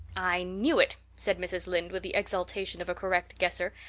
i knew it! said mrs. lynde, with the exultation of a correct guesser.